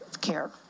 care